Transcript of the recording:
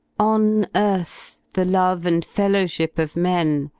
on earth, the love and fellowship of men,